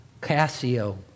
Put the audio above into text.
Casio